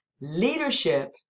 leadership